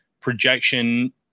projection